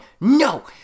no